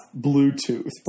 Bluetooth